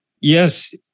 yes